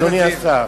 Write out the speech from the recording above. אדוני השר,